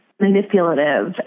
manipulative